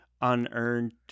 unearned